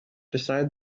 decide